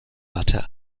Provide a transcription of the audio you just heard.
watte